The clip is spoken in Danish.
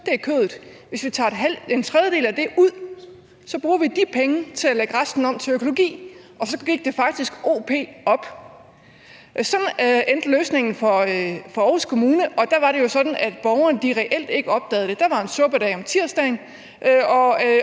er kødet, og hvis vi tager en tredjedel af det ud, så bruger vi de penge til at lægge resten om til økologi. Og så gik det faktisk o-p – op. Sådan endte løsningen for Aarhus Kommune, og der var det jo sådan, at borgerne reelt ikke opdagede det. Der var en suppedag om tirsdagen,